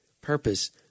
purpose